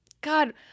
God